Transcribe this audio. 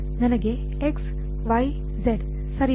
ನನಗೆ x̂̂ŷz ಸರಿ ಇದೆ